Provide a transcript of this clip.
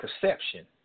perception